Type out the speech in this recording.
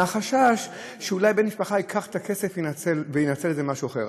מהחשש שאולי בן משפחה ייקח את הכסף וינצל את זה למשהו אחר.